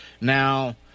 Now